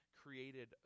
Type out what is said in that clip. created